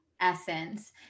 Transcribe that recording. essence